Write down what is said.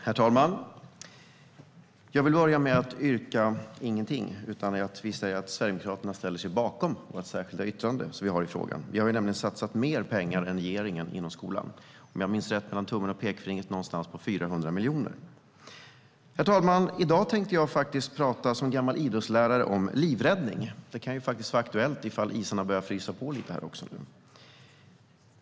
Herr talman! Jag vill börja med att inte yrka på någonting utan säga att vi i Sverigedemokraterna ställer oss bakom vårt särskilda yttrande som vi har i frågan. Vi har ju satsat mer pengar än regeringen inom skolan. Om jag minns rätt, mellan tummen och pekfingret, är det någonstans på 400 miljoner. Herr talman! I dag tänkte jag som gammal idrottslärare prata om livräddning. Det kan faktiskt vara aktuellt ifall isarna börjar frysa på lite.